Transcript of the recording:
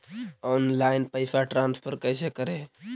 Online पैसा transfer कैसे करे?